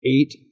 eight